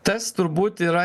tas turbūt yra